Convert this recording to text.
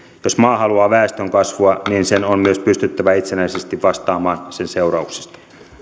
jos maa haluaa väestönkasvua niin sen on myös pystyttävä itsenäisesti vastaamaan sen seurauksista